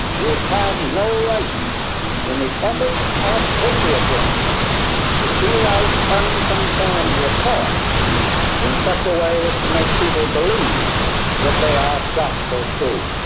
you have no right in the ethics of patriotism to deal out unconfirmed reports in such a way as to make people believe that they are gospel truth.